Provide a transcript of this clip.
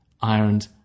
ironed